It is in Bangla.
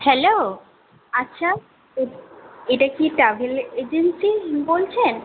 হ্যালো আচ্ছা ও এটা কি ট্রাভেল এজেন্সি বলছেন